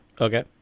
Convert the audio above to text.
Okay